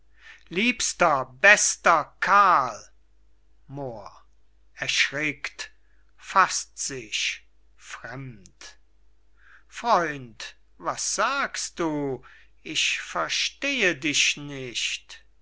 lieber bester karl moor erschrickt faßt sich fremd freund was sagst du ich verstehe dich nicht